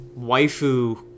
waifu